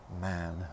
man